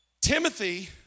Timothy